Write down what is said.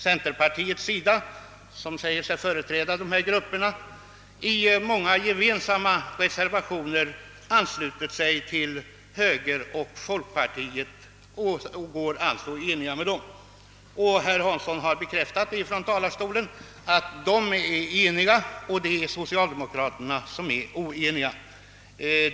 Centerpartiet, som säger sig företräda dessa grupper, har många reservationer gemensamt med högern och folkpartiet och är alltså enigt med dessa partier. Herr Hansson har från talarstolen bekräftat denna enighet och sagt att det är socialdemokraterna som är oeniga.